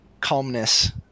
Calmness